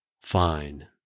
Fine